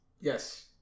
Yes